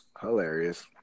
Hilarious